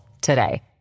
today